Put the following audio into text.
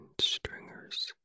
stringers